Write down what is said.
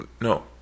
no